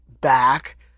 back